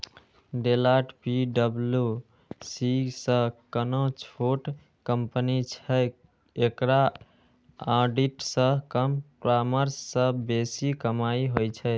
Deloitte पी.डब्ल्यू.सी सं कने छोट कंपनी छै, एकरा ऑडिट सं कम परामर्श सं बेसी कमाइ होइ छै